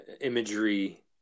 imagery